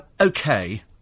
Okay